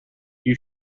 you